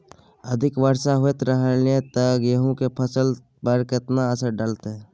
अधिक वर्षा होयत रहलनि ते गेहूँ के फसल पर केतना असर डालतै?